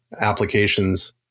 applications